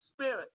spirit